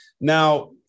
Now